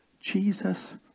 Jesus